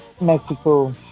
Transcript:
Mexico